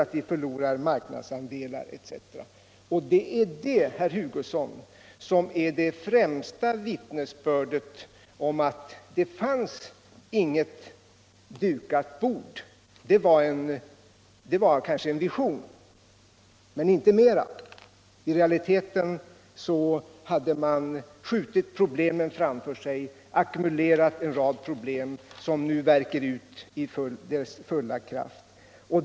Det är detta, herr Hugosson, som är det främsta vittnesbördet om att det inte finns något dukat bord. Det var kanske en vision men inte mera. I realiteten hade man skjutit problemen framför sig, ackumulerat en rad problem som nu värker ut i sin fulla kraft.